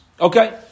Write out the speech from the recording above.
Okay